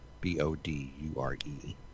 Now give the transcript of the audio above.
B-O-D-U-R-E